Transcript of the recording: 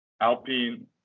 alpine